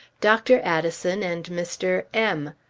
dr. addison and mr. m!